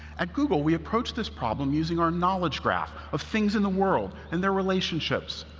at google, we approached this problem using our knowledge graph of things in the world and their relationships.